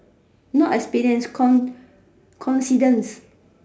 not experience con~ coincidence